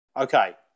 Okay